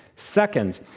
second,